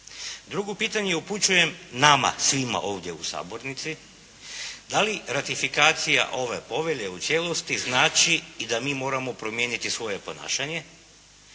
Drugo pitanje upućujem nama svima ovdje u sabornici. Da li ratifikacija ove povelje u cijelosti znači i da mi moramo promijeniti svoje ponašanje,